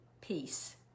peace